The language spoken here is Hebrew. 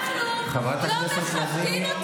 חברת הכנסת לזימי.